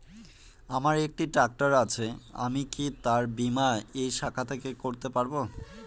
আমার একটি ট্র্যাক্টর আছে আমি কি তার বীমা এই শাখা থেকে করতে পারব?